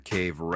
Cave